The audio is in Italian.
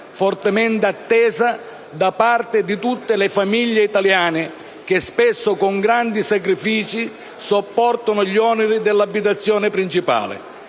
fortemente attesa tutte le famiglie italiane che, spesso con grandi sacrifici, sopportano gli oneri dell'abitazione principale;